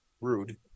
Rude